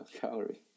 calorie